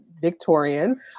Victorian